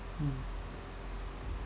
mm